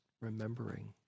remembering